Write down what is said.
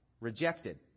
rejected